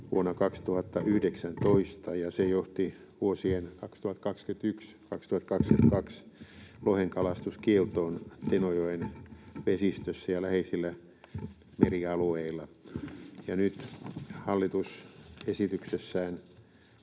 vuonna 2019, ja se johti vuosien 2021—2022 lohenkalastuskieltoon Tenojoen vesistössä ja läheisillä merialueilla. Nyt hallitus esityksessään